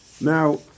Now